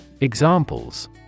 Examples